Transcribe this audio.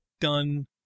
done